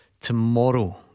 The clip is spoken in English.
tomorrow